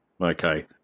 Okay